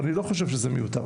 ואני לא חושב שזה מיותר,